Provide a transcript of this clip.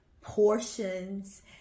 portions